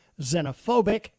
xenophobic